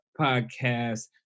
Podcast